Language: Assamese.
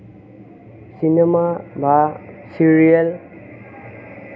চিনেমা বা চিৰিয়েল